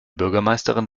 bürgermeisterin